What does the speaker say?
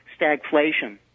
stagflation